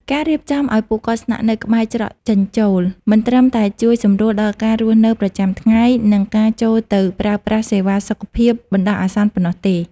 ការរៀបចំឱ្យពួកគាត់ស្នាក់នៅក្បែរច្រកចេញចូល មិនត្រឹមតែជួយសម្រួលដល់ការរស់នៅប្រចាំថ្ងៃ និងការចូលទៅប្រើប្រាស់សេវាសុខភាពបណ្ដោះអាសន្នប៉ុណ្ណោះទេ។